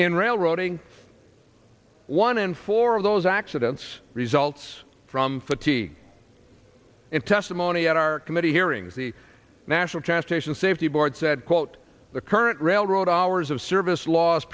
in railroading one in four of those accidents results from fatigue in testimony at our committee hearings the national transportation safety board said quote the current railroad hours of service la